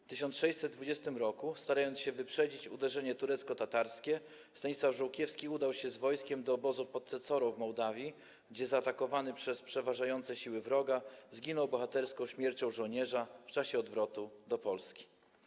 W 1620 r., starając się wyprzedzić uderzenie turecko-tatarskie, Stanisław Żółkiewski udał się z wojskiem do obozu pod Cecorą w Mołdawii, gdzie zaatakowany przez przeważające siły wroga zginął bohaterską śmiercią żołnierza w czasie odwrotu do Polski.